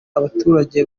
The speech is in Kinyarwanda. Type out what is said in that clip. abaturage